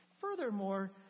Furthermore